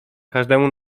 każdemu